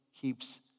keeps